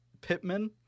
Pittman